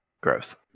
Gross